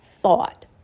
thought